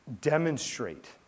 demonstrate